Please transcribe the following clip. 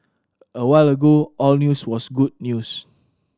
a while ago all news was good news